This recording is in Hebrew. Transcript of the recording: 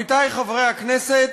עמיתי חברי הכנסת,